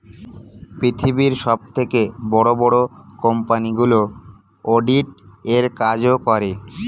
পৃথিবীর সবথেকে বড় বড় কোম্পানিগুলো অডিট এর কাজও করে